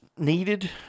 needed